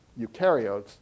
eukaryotes